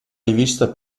rivista